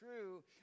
true